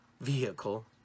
vehicle